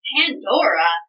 Pandora